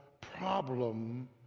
problem